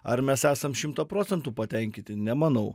ar mes esam šimtą procentų patenkinti nemanau